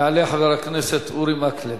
יעלה חבר הכנסת אורי מקלב,